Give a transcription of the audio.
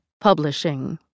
publishing